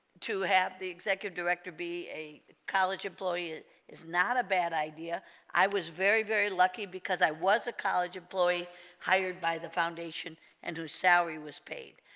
to have the executive director be a college employee is not a bad idea i was very very lucky because i was a college employee hired by the foundation and whose salary was paid